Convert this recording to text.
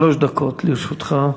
שלוש דקות לרשותך.